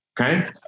Okay